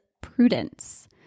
prudence